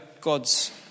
God's